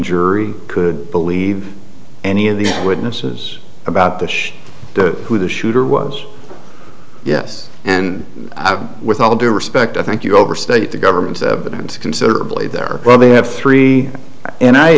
jury could believe any of these witnesses about the the who the shooter was yes and with all due respect i think you overstate the government's evidence considerably there well they have three and i